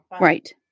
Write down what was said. Right